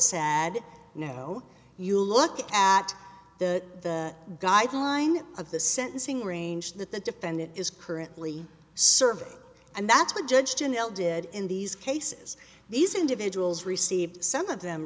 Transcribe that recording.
sad no you look at the guideline of the sentencing range that the defendant is currently serving and that's what judge ginnell did in these cases these individuals received some of them